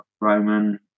Roman